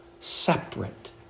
separate